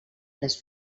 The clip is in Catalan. les